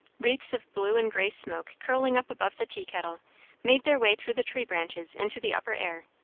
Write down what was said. wreaths of blue and grey smoke curling up above the tea-kettle made their way through the tree branches into the upper air,